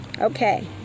Okay